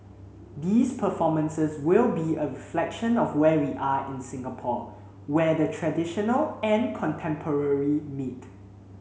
these performances will be a reflection of where we are in Singapore where the traditional and contemporary meet